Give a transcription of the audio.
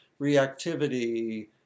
reactivity